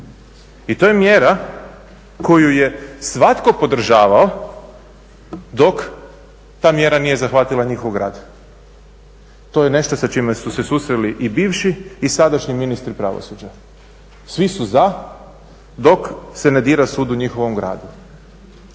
i to je mjera koju je svatko podržavao dok ta mjera nije zahvatila njihov grad. To je nešto sa čime su se susreli i bivši i sadašnji ministri pravosuđa. Svi su za dok se ne dira sud u njihovom gradu.